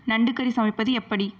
நண்டுக்கறி சமைப்பது எப்படி